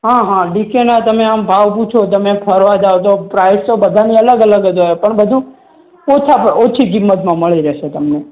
હા હા ડીકેના તમે આમ ભાવ પૂછો તમે ફરવા જાઓ તો પ્રાઇઝ તો બધાની અલગ અલગ જ હોય પણ બધું ઓછા ભા ઓછી કિમતમાં મળી રહેશે તમને